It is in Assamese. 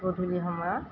গধূলি সময়ত